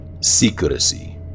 secrecy